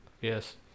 Yes